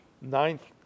ninth